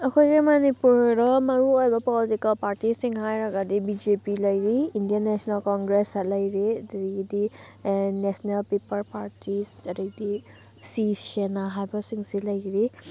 ꯑꯩꯈꯣꯏꯒꯤ ꯃꯅꯤꯄꯨꯔꯗ ꯃꯔꯨꯑꯣꯏꯕ ꯄꯣꯂꯤꯇꯤꯀꯦꯜ ꯄꯥꯔꯇꯤꯁꯤꯡ ꯍꯥꯏꯔꯒꯗꯤ ꯕꯤ ꯖꯦ ꯄꯤ ꯂꯩꯔꯤ ꯏꯟꯗꯤꯌꯥꯟ ꯅꯦꯁꯅꯦꯜ ꯀꯪꯒ꯭ꯔꯦꯁ ꯂꯩꯔꯤ ꯑꯗꯨꯗꯒꯤꯗꯤ ꯅꯦꯁꯅꯦꯜ ꯄꯤꯄꯜ ꯄꯥꯔꯇꯤꯁ ꯑꯗꯩꯗꯤ ꯁꯤꯕꯁꯦꯅꯥ ꯍꯥꯏꯕꯁꯤꯡꯁꯤ ꯂꯩꯔꯤ